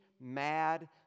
mad